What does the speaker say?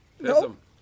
Nope